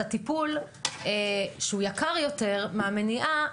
הטיפול שהוא יקר יותר מהמניעה,